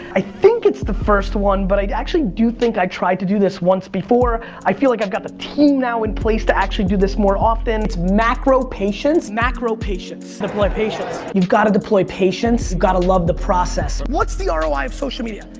i think it's the first one, but i actually do think i tried to do this once before. i feel like i've got the team now in place to actually do this more often. it's macro patience. macro patience. deploy patience. you've gotta deploy patience. you've gotta love the process. what's the ah roi of social media?